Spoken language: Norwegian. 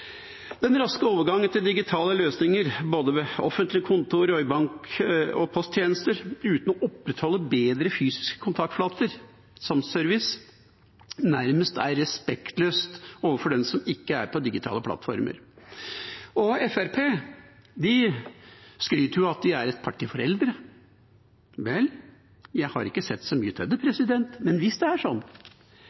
Den raske overgangen til digitale løsninger både ved offentlige kontorer og i bank- og posttjenester uten å opprettholde bedre fysiske kontaktflater som service er nærmest respektløst overfor dem som ikke er på digitale plattformer. Fremskrittspartiet skryter jo av at de er et parti for eldre. Vel, jeg har ikke sett så mye til det. Men hvis det er sånn,